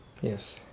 yes